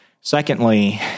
Secondly